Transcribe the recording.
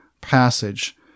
passage